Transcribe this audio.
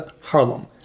harlem